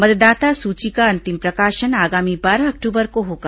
मतदाता सूची का अंतिम प्रकाशन आगामी बारह अक्टूबर को होगा